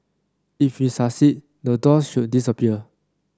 if we succeed the doors should disappear